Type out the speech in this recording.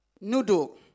noodle